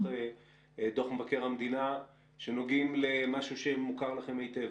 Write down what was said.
מבקר המדינה שנוגעים למשהו שמוכר לכם היטב,